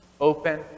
open